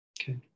Okay